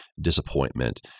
disappointment